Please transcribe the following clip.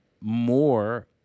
more